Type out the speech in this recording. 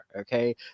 okay